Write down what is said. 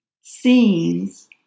scenes